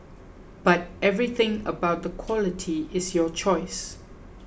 but everything about the quality is your choice